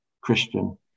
Christian